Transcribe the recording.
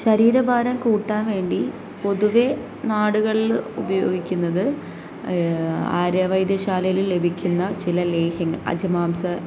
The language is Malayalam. ശരീരഭാരം കൂട്ടാൻ വേണ്ടി പൊതുവേ നാടുകളിൽ ഉപയോഗിക്കുന്നത് ആര്യ വൈദ്യശാലയിൽ ലഭിക്കുന്ന ചില ലേഹ്യങ്ങൾ അജമാംസ